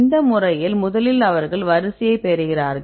இந்த முறையில் முதலில் அவர்கள் வரிசையைப் பெறுகிறார்கள்